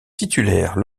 titulaire